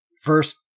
first